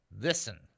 Listen